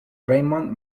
raymond